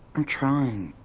i'm trying.